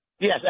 Yes